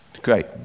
great